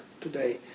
today